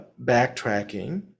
backtracking